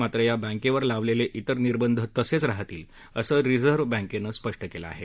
मात्र या बँकेवर लावलेले इतर निर्बंध तसेच राहतील असं रिझर्व्ह बँकेनं स्पष्ट केलं हे